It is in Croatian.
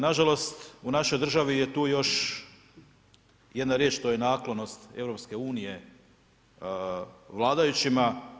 Nažalost u našoj državi je tu još jedna riječ, to je naklonost EU, vladajućima.